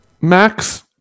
max